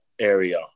area